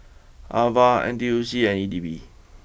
Ava N T U C and E D B